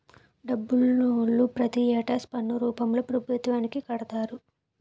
డబ్బునోళ్లు ప్రతి ఏటా పన్ను రూపంలో పభుత్వానికి కడతారు